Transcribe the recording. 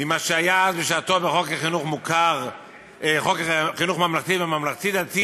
ממה שהיה אז בשעתו בחוק חינוך ממלכתי וממלכתי-דתי,